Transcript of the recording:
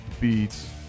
beats